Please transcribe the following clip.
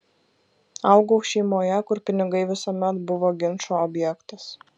augau šeimoje kur pinigai visuomet buvo ginčo objektas